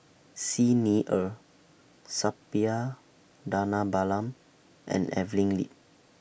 Xi Ni Er Suppiah Dhanabalan and Evelyn Lip